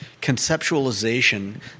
conceptualization